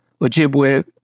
Ojibwe